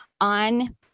on